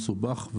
מסובך,